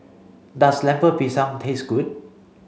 does Lemper Pisang taste good